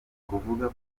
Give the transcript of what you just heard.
kuvuga